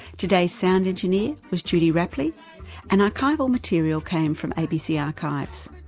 today's sound engineer was judy rapley and archival material came from abc archives.